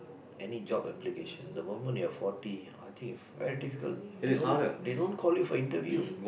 any job application the moment you are forty I think it's is very difficult they don't call you for interview